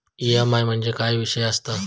EMI म्हणजे काय विषय आसता?